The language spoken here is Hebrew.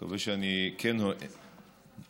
ואני מקווה שאני, מוסחראתייה,